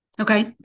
Okay